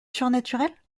surnaturel